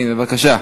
בבקשה.